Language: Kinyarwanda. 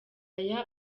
aya